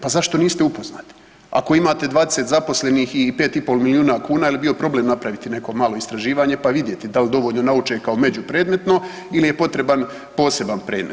Pa zašto niste upoznati ako imate 20 zaposlenih i 5 i pol milijuna kuna jel' bio problem napraviti neko malo istraživanje pa vidjeti da li dovoljno nauče kao međupredmetno ili je potreban poseban predmet.